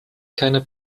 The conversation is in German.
keine